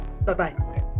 Bye-bye